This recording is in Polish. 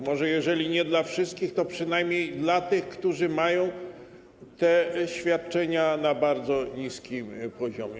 Może jeżeli nie dla wszystkich, to przynajmniej dla tych, którzy mają te świadczenia na bardzo niskim poziomie.